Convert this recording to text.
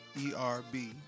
E-R-B